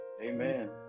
Amen